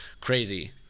crazy